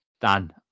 Dan